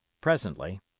Presently